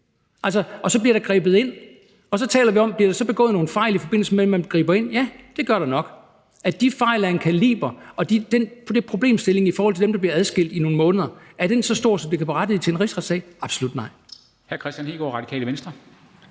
Og så bliver der grebet ind. Så taler vi om, om der bliver begået nogle fejl, i forbindelse med at man griber ind. Ja, det gør der nok. Er de fejl af en kaliber, og er den problemstilling i forhold til dem, der bliver adskilt i nogle måneder, så stor, at det kan berettige en rigsretssag? Absolut nej.